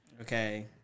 Okay